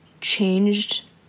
changed